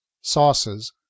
sauces